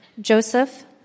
Joseph